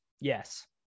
yes